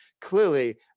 clearly